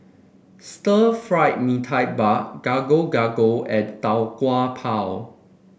Stir Fried Mee Tai Mak Gado Gado and Tau Kwa Pau